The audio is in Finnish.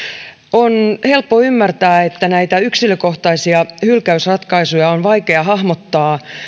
on helppo ymmärtää että näitä yksilökohtaisia hylkäysratkaisuja on vaikea hahmottaa